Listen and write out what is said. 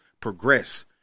Progress